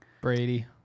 Brady